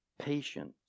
Patience